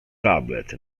tablet